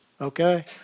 okay